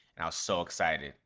and so excited.